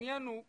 העניין הוא כזה,